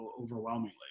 overwhelmingly